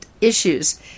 issues